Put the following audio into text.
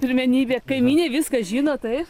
pirmenybė kaimynė viską žino taip